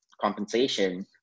compensation